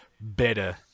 better